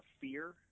fear